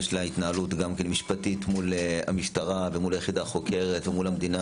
יש לה התנהלות גם כן משפטית מול המשטרה ומול היחידה החוקרת ומול המדינה.